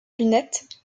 lunettes